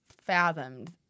fathomed